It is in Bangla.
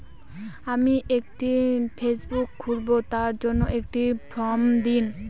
আমি একটি ফেসবুক খুলব তার জন্য একটি ফ্রম দিন?